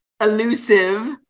elusive